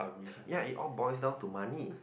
ya it all boils down to money